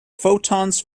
photons